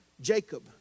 Jacob